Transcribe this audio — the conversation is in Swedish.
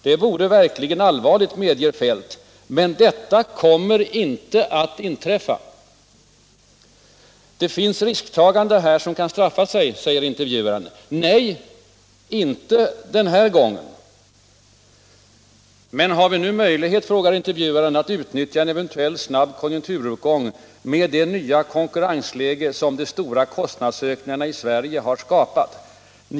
Det vore verkligen allvarligt, medger herr Feldt, ”men detta kommer inte att inträffa”. Det finns ett risktagande här som kan straffa sig, säger intervjuaren. ”Nej, inte den här gången”, blir svaret. Men har vi nu möjlighet att utnyttja en eventuell snabb konjunkturuppgång med det nya konkurrensläge som de stora kostnadsökningarna i Sverige har skapat?